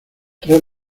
tres